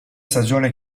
stagione